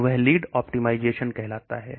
तो वह लिपटी मैजिशन कहलाता है